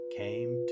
came